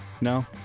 No